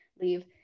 leave